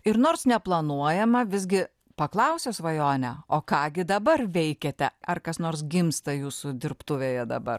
ir nors neplanuojama visgi paklausiu svajone o ką gi dabar veikiate ar kas nors gimsta jūsų dirbtuvėje dabar